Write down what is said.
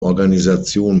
organisation